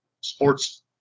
sports